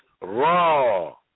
raw